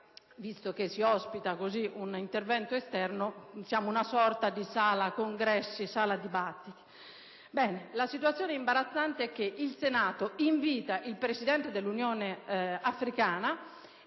visto che si ospita un intervento esterno, saremo una sorta di sala congressi. La situazione imbarazzante è che il Senato invita il Presidente dell'Unione Africana